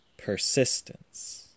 Persistence